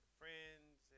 friends